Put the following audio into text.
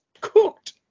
cooked